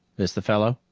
this the fellow?